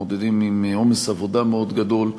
מתמודדים עם עומס עבודה מאוד גדול,